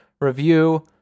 review